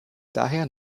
daher